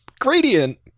gradient